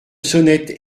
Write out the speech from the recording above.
sonnette